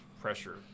pressure